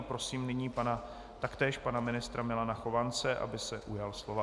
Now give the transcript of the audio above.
Prosím nyní taktéž pana ministra Milana Chovance, aby se ujal slova.